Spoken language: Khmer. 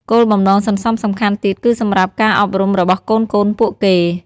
គោលបំណងសន្សំសំខាន់ទៀតគឺសម្រាប់ការអប់រំរបស់កូនៗពួកគេ។